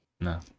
No